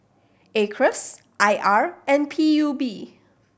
Acres I R and P U B